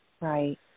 Right